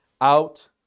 out